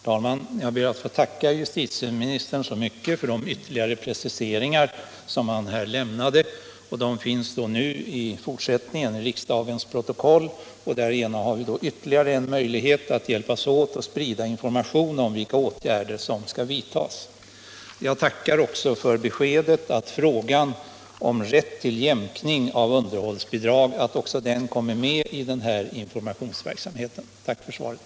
Herr talman! Jag ber att få tacka justitieministern så mycket för de ytterligare preciseringar han lämnade. De finns i fortsättningen i riksdagens protokoll och därigenom har vi fått ytterligare en möjlighet att hjälpas åt att sprida information om vilka åtgärder som skall vidtas. Jag tackar också för beskedet att även frågan om rätt till jämkning av underhållsbidrag kommer med i denna informationsverksamhet. Tack för svaret!